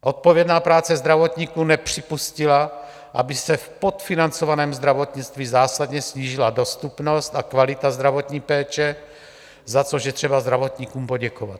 Odpovědná práce zdravotníků nepřipustila, aby se v podfinancovaném zdravotnictví zásadně snížila dostupnost a kvalita zdravotní péče, za což je třeba zdravotníkům poděkovat.